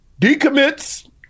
decommits